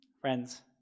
friends